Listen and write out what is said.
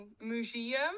museum